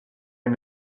and